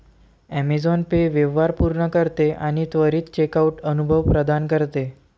Amazon Pay व्यवहार पूर्ण करते आणि त्वरित चेकआउट अनुभव प्रदान करते